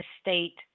state